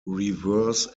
reverse